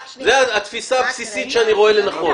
זו התפיסה הבסיסית שאני רואה לנכון.